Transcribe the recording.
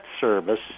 service